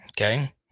okay